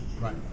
right